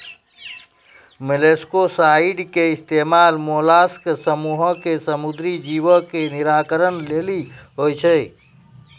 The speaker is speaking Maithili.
मोलस्कीसाइड के इस्तेमाल मोलास्क समूहो के समुद्री जीवो के निराकरण लेली होय छै